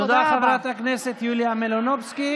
תודה, חברת הכנסת יוליה מלינובסקי.